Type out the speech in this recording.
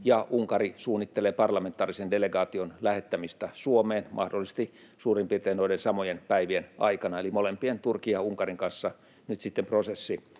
ja Unkari suunnittelee parlamentaarisen delegaation lähettämistä Suomeen mahdollisesti suurin piirtein noiden samojen päivien aikana, eli molempien, Turkin ja Unkarin, kanssa nyt sitten prosessi